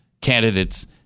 candidates